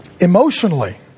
emotionally